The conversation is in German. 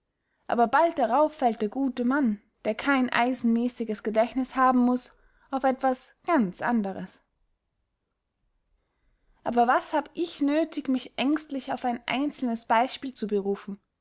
aber bald darauf fällt der gute mann der kein eisenmässiges gedächtniß haben muß auf etwas ganz anders aber was hab ich nöthig mich ängstlich auf ein einzelnes beispiel zu berufen